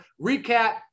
recap